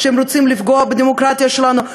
שרוצים לפגוע בדמוקרטיה שלנו.